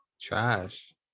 trash